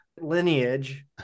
lineage